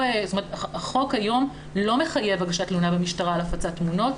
החוק היום לא מחייב הגשת תלונה במשטרה על הפצת תמונות.